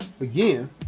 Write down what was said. again